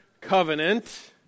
Covenant